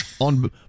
on